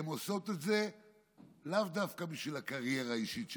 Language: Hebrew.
הן עושות את זה לאו דווקא בשביל הקריירה האישית שלהן.